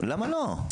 למה לא?